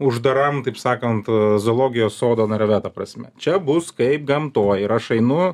uždaram taip sakant zoologijos sodo narve ta prasme čia bus kaip gamtoj ir aš ainu